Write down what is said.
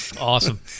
Awesome